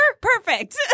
Perfect